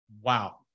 Wow